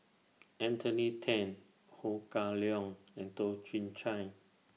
Anthony Then Ho Kah Leong and Toh Chin Chye